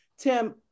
Tim